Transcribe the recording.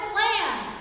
land